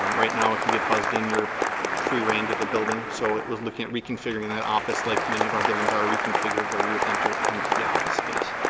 um right now if you get buzzed in you're free reined at the building so it was looking at reconfiguring and the office like many of our buildings are reconfigured where you would enter into the office space.